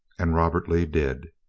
and robert lee did.